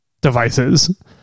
devices